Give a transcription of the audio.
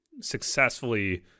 successfully